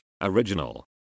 original